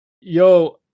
yo